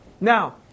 Now